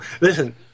Listen